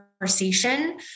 conversation